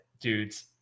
dudes